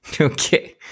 Okay